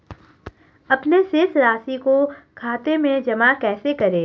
अपने शेष राशि को खाते में जमा कैसे करें?